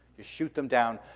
you shoot them down,